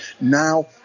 Now